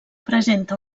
presenta